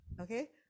Okay